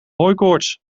hooikoorts